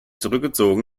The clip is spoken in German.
zurückgezogen